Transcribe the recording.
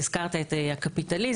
הזכרת את הקפיטליזם,